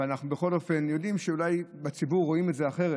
אנחנו בכל אופן יודעים שאולי בציבור רואים את זה אחרת.